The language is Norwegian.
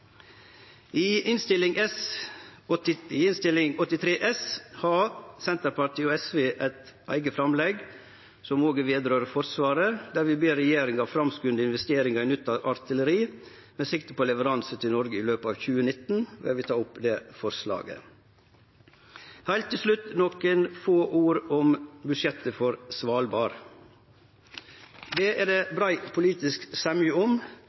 I Innst. 83 S har Senterpartiet og SV eit eige framlegg som òg gjeld Forsvaret: «Stortinget ber regjeringa framskunde investeringa i nytt artilleri, med sikte på leveranse til Noreg i løpet av 2019.» Eg vil ta opp dette forslaget. Så nokre få ord om budsjettet for Svalbard. Det er det brei politisk semje om,